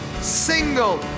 single